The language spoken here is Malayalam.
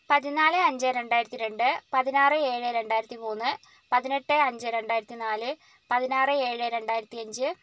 പതിനാല് അഞ്ച് രണ്ടായിരത്തി രണ്ട് പതിനാറ് ഏഴ് രണ്ടായിരത്തി മൂന്ന് പതിനെട്ട് അഞ്ച് രണ്ടായിരത്തി നാല് പതിനാറ് ഏഴ് രണ്ടായിരത്തി അഞ്ച്